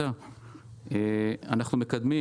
אנחנו מקדמים